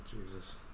Jesus